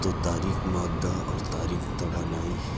تو تاریک مادہ اور تاریک توانائی